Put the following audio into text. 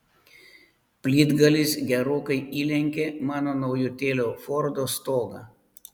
plytgalis gerokai įlenkė mano naujutėlio fordo stogą